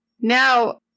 Now